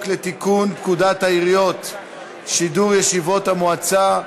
לתיקון פקודת העיריות (שידור ישיבות מועצה),